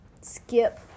skip